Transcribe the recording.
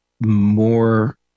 more